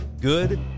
good